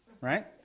Right